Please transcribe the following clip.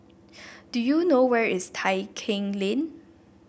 do you know where is Tai Keng Lane